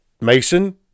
Mason